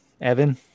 Evan